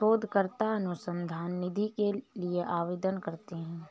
शोधकर्ता अनुसंधान निधि के लिए आवेदन करते हैं